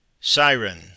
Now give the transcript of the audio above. Siren